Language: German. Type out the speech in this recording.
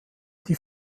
die